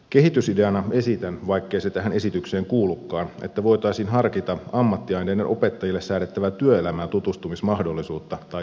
kehitysideana esitän vaikkei se tähän esitykseen kuulukaan että voitaisiin harkita ammattiaineiden opettajille säädettävää työelämään tutustumismahdollisuutta tai jopa velvollisuutta